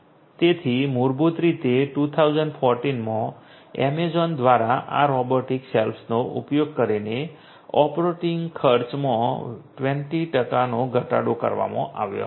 તેથી મૂળભૂત રીતે 2014 માં એમેઝોન દ્વારા આ રોબોટિક શેલ્ફસનો ઉપયોગ કરીને ઓપરેટિંગ ખર્ચમાં 20 ટકાનો ઘટાડો કરવામાં આવ્યો હતો